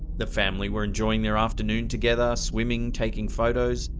the family were enjoying their afternoon together, swimming, taking photos,